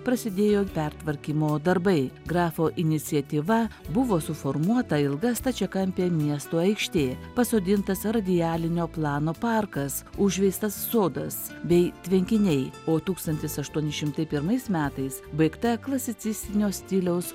prasidėjo pertvarkymo darbai grafo iniciatyva buvo suformuota ilga stačiakampė miesto aikštė pasodintas radialinio plano parkas užveistas sodas bei tvenkiniai o tūkstantis aštuoni šimtai pirmais metais baigta klasicistinio stiliaus